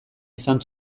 izan